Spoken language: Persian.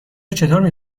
چطور